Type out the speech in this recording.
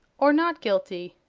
or not guilty?